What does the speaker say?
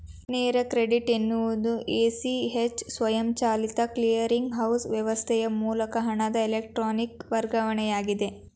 ನೇರ ಕ್ರೆಡಿಟ್ ಎನ್ನುವುದು A, C, H ಸ್ವಯಂಚಾಲಿತ ಕ್ಲಿಯರಿಂಗ್ ಹೌಸ್ ವ್ಯವಸ್ಥೆಯ ಮೂಲಕ ಹಣದ ಎಲೆಕ್ಟ್ರಾನಿಕ್ ವರ್ಗಾವಣೆಯಾಗಿದೆ